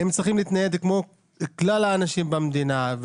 הם צריכים להתנייד כמו כלל האנשים במדינה.